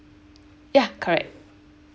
ya correct